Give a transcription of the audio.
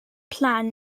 plan